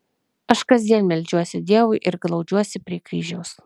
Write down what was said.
aš kasdien meldžiuosi dievui ir glaudžiuosi prie kryžiaus